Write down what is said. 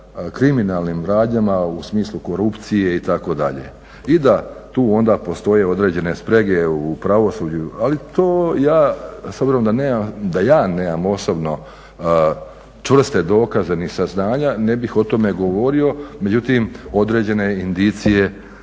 kriminalnim radnjama u smislu korupcije itd. I da tu onda postoje određene sprege u pravosuđu ali to ja s obzirom da ja nemam osobno čvrst dokaze ni saznanja ne bih o tome govorio međutim određene indicije